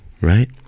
right